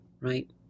right